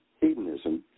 hedonism